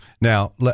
Now